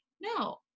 No